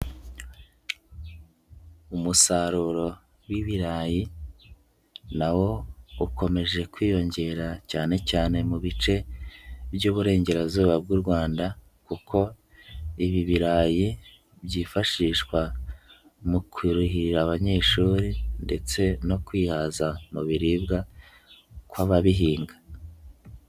Umusaruro w'ibirayi na wo ukomeje kwiyongera cyane cyane mu bice by'Rburengerazuba bw'u rwanda kuko ibi birayi byifashishwa mu kurihira abanyeshuri ndetse no kwihaza mu biribwa kw'ababihinga.